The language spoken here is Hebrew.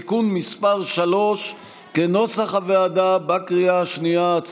(תיקון מס' 3), כנוסח הוועדה, בקריאה השנייה.